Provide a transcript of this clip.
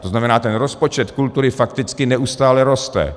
To znamená, rozpočet kultury fakticky neustále roste.